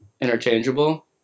interchangeable